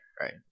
right